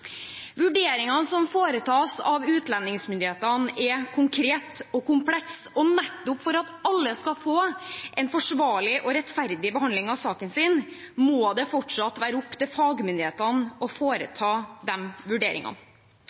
Vurderingene som foretas av utlendingsmyndighetene, er konkrete og komplekse, og nettopp for at alle skal få en forsvarlig og rettferdig behandling av saken sin, må det fortsatt være opp til fagmyndighetene å foreta de vurderingene.